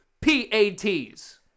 PATs